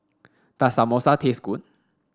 does Samosa taste good